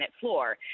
floor